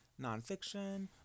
nonfiction